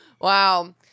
Wow